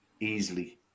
easily